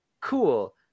cool